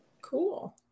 Cool